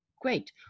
Great